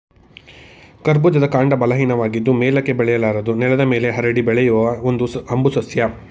ಕರ್ಬೂಜದ ಕಾಂಡ ಬಲಹೀನವಾಗಿದ್ದು ಮೇಲಕ್ಕೆ ಬೆಳೆಯಲಾರದು ನೆಲದ ಮೇಲೆ ಹರಡಿ ಬೆಳೆಯುವ ಒಂದು ಹಂಬು ಸಸ್ಯ